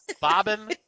Bobbin